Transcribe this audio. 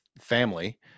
family